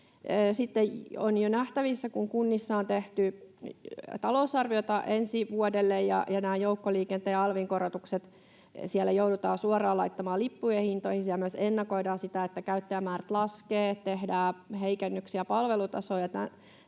on jo nähtävissä, että kun kunnissa on tehty talousarvioita ensi vuodelle ja nämä joukkoliikenteen alvin korotukset joudutaan siellä laittamaan suoraan lippujen hintoihin ja myös ennakoidaan sitä, että käyttäjämäärät laskevat, tehdään heikennyksiä palvelutasoon